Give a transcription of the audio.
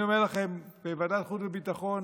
אני אומר לכם, בוועדת החוץ והביטחון